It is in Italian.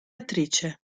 attrice